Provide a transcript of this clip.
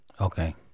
Okay